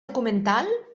documental